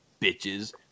bitches